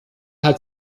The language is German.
hat